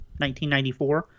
1994